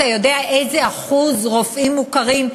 אתה יודע מה אחוז הרופאים המוכרים?